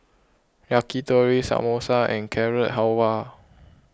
Yakitori Samosa and Carrot Halwa